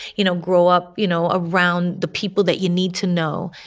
you know, grow up, you know, around the people that you need to know.